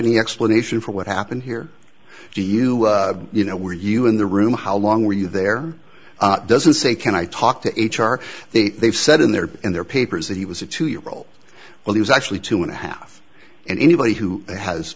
any explanation for what happened here do you you know were you in the room how long were you there doesn't say can i talk to h r they they've said in their in their papers that he was a two year old well he was actually two and a half and anybody who has